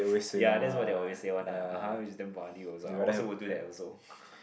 ya that's what they also say one lah (uh huh) which is damn funny also I also would do that also